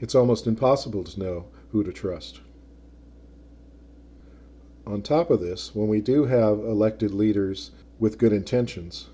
it's almost impossible to know who to trust on top of this when we do have elected leaders with good intentions